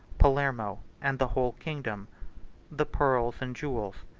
palermo, and the whole kingdom the pearls and jewels,